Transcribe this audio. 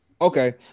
Okay